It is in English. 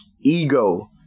ego